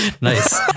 Nice